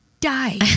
die